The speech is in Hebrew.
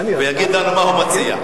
ויגיד לנו מה הוא מציע.